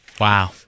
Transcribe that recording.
Wow